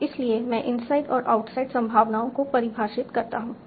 तो इसीलिए मैं इनसाइड और आउटसाइड संभावनाओं को परिभाषित करता हूं